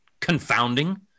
confounding